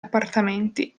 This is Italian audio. appartamenti